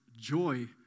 Joy